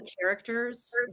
characters